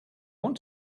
want